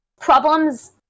Problems